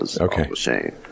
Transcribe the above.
Okay